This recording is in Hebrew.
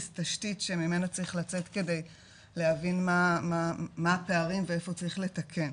תשתית שממנה צריך לצאת כדי להבין מה הפערים ואיפה צריך לתקן.